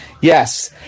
Yes